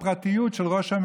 שתפקידה הראשון לבקר,